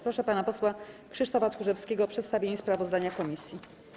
Proszę pana posła Krzysztofa Tchórzewskiego o przedstawienie sprawozdania komisji.